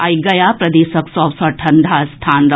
आई गया प्रदेशक सभ सँ ठंढ़ा स्थान रहल